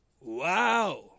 wow